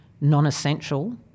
non-essential